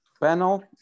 panel